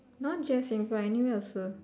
not just Singapore anywhere also